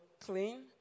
clean